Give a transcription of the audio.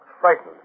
frightened